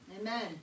Amen